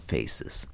Faces